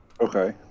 Okay